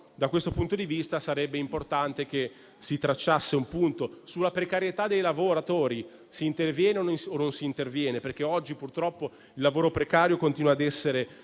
Da questo punto di vista sarebbe importante che si tracciasse un punto. Sulla precarietà dei lavoratori si interviene o meno? Oggi, purtroppo, il lavoro precario continua a essere